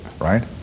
right